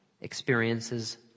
experiences